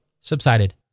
subsided